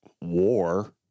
war